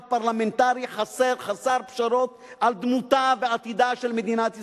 פרלמנטרי חסר פשרות על דמותה ועתידה של מדינת ישראל.